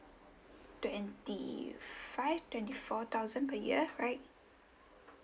twenty five twenty four thousand per year right